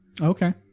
Okay